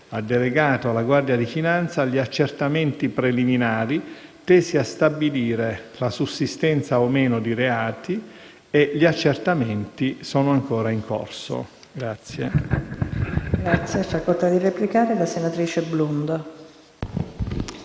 ha delegato alla Guardia di finanza gli accertamenti preliminari tesi a stabilire la sussistenza o meno di reati. Gli accertamenti sono ancora in corso.